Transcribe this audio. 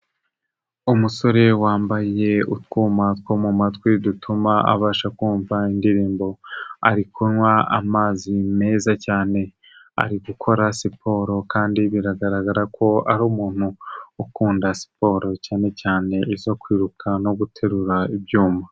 Umusore wambaye utwuma two mu matwi dutuma abasha kumva indirimbo, ari kunywa amazi meza cyane, ari gukora siporo kandi biragaragara ko ari umuntu ukunda siporo cyane cyane izo kwiruka no guterura ibyuma.